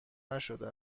نشده